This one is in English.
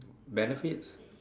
benefits